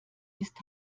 ist